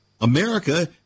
America